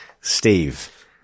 Steve